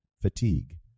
fatigue